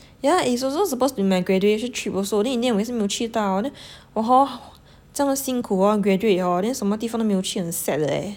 yeah it's also supposed to be my graduation trip also then in the end 我也是没有去到 then 我 hor 这么辛苦 hor graduate hor then 什么地方都没有去很 sad leh